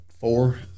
four